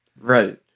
right